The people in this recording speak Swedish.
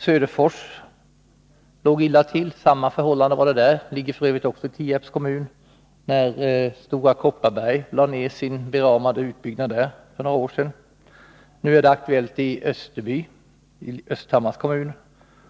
Söderfors låg illa till. Förhållandet var detsamma där. Även det företaget ligger f. ö. i Tierps kommun. Stora Kopparberg lade ju ned sin beramade utbyggnad där för några år sedan. Nu är nedläggning aktuell i Österby i Östhammars kommun